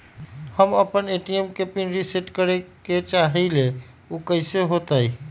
हम अपना ए.टी.एम के पिन रिसेट करे के चाहईले उ कईसे होतई?